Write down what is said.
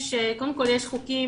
קודם כל יש לכם חוקים,